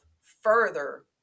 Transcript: further